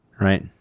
right